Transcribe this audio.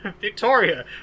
Victoria